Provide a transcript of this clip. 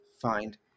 find